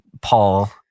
Paul